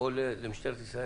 או למשטרת ישראל,